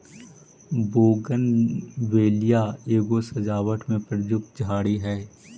bougainvillea एगो सजावट में प्रयुक्त झाड़ी हई